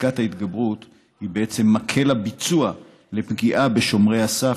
ופסקת ההתגברות היא בעצם מקל הביצוע לפגיעה בשומרי הסף